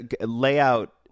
layout